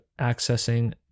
accessing